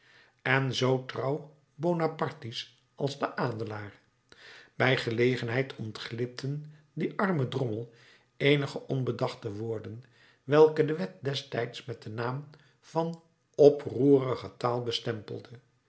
en zoo trouw bonapartistisch als de adelaar bij gelegenheid ontglipten dien armen drommel eenige onbedachte woorden welke de wet destijds met den naam van oproerige taal